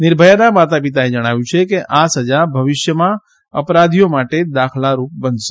નિર્ભયાના માતા પિતાએ જણાવ્યું કે આ સજા ભવિષ્યમાં અપરાધીઓ માટે દાખલારૂપ બનશે